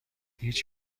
هیچ